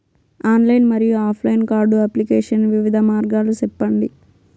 Online మరియు offline card application వివిధ మార్గాలు సెప్పండి?